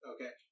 Okay